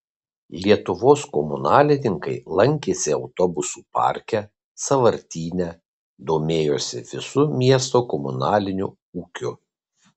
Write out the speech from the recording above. lietuvos komunalininkai lankėsi autobusų parke sąvartyne domėjosi visu miesto komunaliniu ūkiu